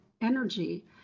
energy